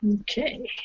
Okay